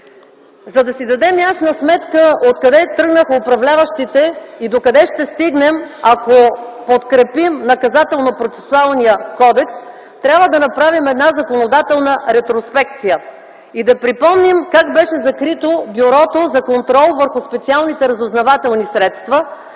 За да си дадем ясна сметка откъде тръгнаха управляващите и докъде ще стигнем, ако подкрепим Наказателно-процесуалния кодекс, трябва да направим една законодателна ретроспекция и да припомним как беше закрито Бюрото за контрол върху специалните разузнавателни средства,